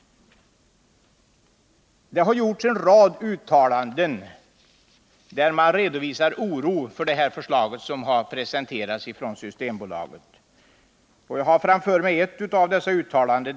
Det har gjorts en rad uttalanden där oro har redovisats över det förslag som har presenterats av Systembolaget. Jag har framför mig ett av dessa uttalanden.